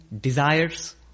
desires